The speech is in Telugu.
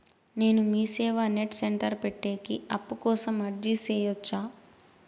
నేను మీసేవ నెట్ సెంటర్ పెట్టేకి అప్పు కోసం అర్జీ సేయొచ్చా?